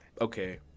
okay